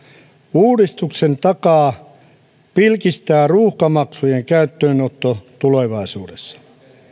uudistuksen takaa pilkistää ruuhkamaksujen käyttöönotto tulevaisuudessa